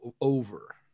over